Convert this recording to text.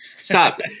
Stop